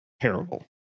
terrible